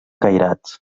cairats